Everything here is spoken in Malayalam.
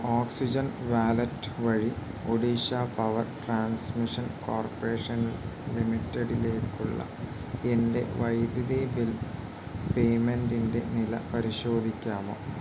ഓക്സിജൻ വാലറ്റ് വഴി ഒഡീഷ പവർ ട്രാൻസ്മിഷൻ കോർപ്പറേഷൻ ലിമിറ്റഡിലേക്കുള്ള എൻ്റെ വൈദ്യുതി ബിൽ പേയ്മെൻ്റിൻ്റെ നില പരിശോധിക്കാമോ